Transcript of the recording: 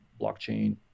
blockchain